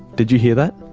did you hear that?